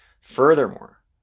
Furthermore